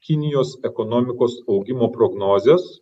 kinijos ekonomikos augimo prognozes